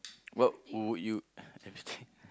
what would you uh everything